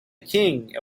king